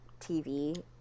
TV